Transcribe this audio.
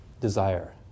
desire